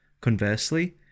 Conversely